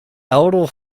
elder